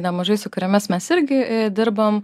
nemažai su kuriomis mes irgi dirbam